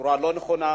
בצורה לא נכונה.